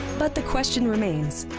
but the question remains,